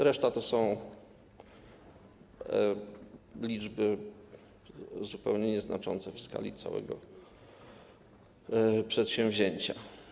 Reszta to są liczby zupełnie nieznaczące w skali całego przedsięwzięcia.